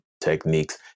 techniques